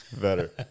better